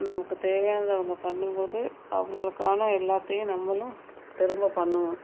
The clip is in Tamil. நமக்கு தேவையானதை அவங்க பண்ணும் போது அவங்களுக்கான எல்லாத்தையும் நம்மளும் திரும்ப பண்ணனும்